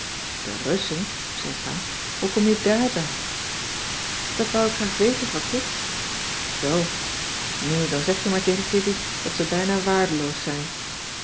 de russen zei pa hoe kom je dààrbij dat wou ik graag weten voor kit zoo nu dan zeg je maar tegen kitty dat ze bijna waardeloos zijn